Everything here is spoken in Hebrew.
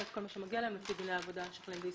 את כל מה שמגיע להם לפי דיני העבודה שחלים בישראל.